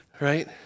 right